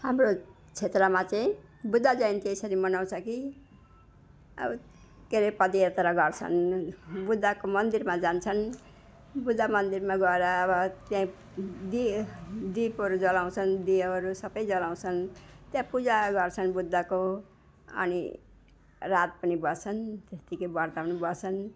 हाम्रो क्षेत्रमा चाहिँ बुद्ध जयन्ती यसरी मनाउँछ कि अब के रे पदयात्रा गर्छन् बुद्धको मन्दिरमा जान्छन् बुद्ध मन्दिरमा गएर अब त्यहाँ दिय दिपहरू जलाउँछन् दियोहरू सबै जलाउँछन् त्यहाँ पूजा गर्छन् बुद्धको अनि रात पनि बस्छन् त्यतिकै व्रत पनि बस्छन्